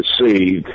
received